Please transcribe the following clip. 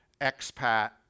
expat